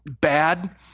bad